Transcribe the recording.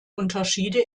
unterschiede